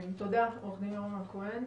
תודה, עורך דין יורם הכהן.